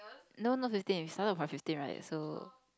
no not fifteen we started from fifteen right so